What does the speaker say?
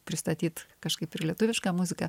pristatyt kažkaip ir lietuvišką muziką